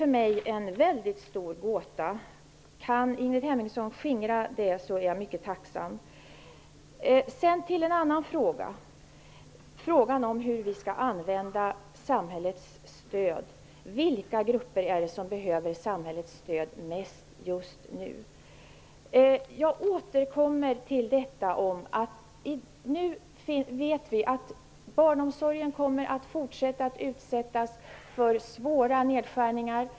För mig är det en mycket stor gåta. Om Ingrid Hemmingsson kan lösa den vore jag mycket tacksam. Så till frågan om hur vi skall använda samhällets stöd. Vilka grupper är det som behöver samhällets stöd mest just nu? Jag återkommer till det faktum att vi nu vet att barnomsorgen kommer att fortsätta att utsättas för svåra nedskärningar.